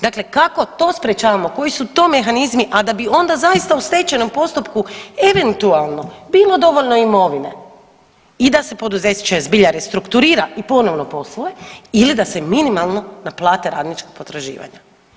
Dakle, kako to sprječavamo, koji su to mehanizmi, a da bi onda zaista u stečajnom postupku eventualno bilo dovoljno imovine i da se poduzeće zbilja restrukturira i ponovno posluje ili da se minimalno naplate radnička potraživanja.